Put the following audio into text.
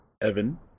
Evan